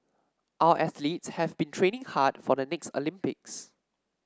our athletes have been training hard for the next Olympics